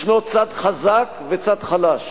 יש צד חזק וצד חלש.